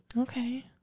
Okay